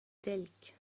تلك